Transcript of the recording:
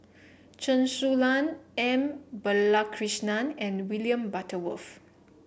Chen Su Lan M Balakrishnan and William Butterworth